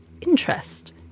interest